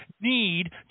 need